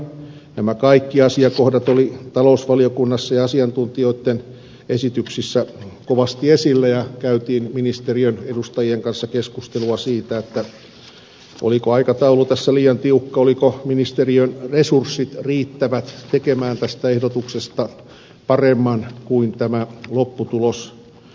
nämä kaikki asiakohdat olivat talousvaliokunnassa ja asiantuntijoitten esityksissä kovasti esillä ja käytiin ministeriön edustajien kanssa keskustelua siitä oliko aikataulu tässä liian tiukka olivatko ministeriön resurssit riittävät tekemään tästä ehdotuksesta paremman kuin tämä lopputulos soveltamisalaltaan on